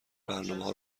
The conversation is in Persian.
برنامهها